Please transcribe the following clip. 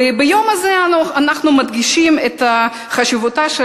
וביום הזה אנחנו מדגישים את חשיבותה של